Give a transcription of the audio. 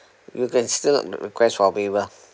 you can still request for waiver